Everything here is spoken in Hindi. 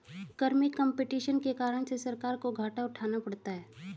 कर में कम्पटीशन के कारण से सरकार को घाटा उठाना पड़ता है